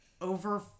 over